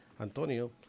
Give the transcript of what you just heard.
Antonio